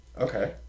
Okay